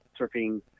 surfing